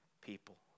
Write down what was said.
people